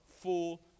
full